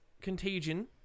Contagion